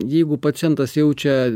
jeigu pacientas jaučia